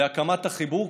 להקמת החיבור,